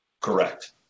Correct